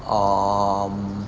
um